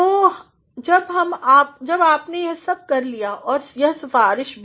तो जब आपने यह सब कर लिए और सिफारिश भी